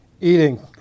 Eating